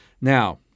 Now